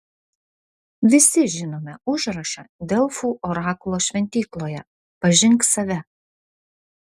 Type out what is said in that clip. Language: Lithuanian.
visi žinome užrašą delfų orakulo šventykloje pažink save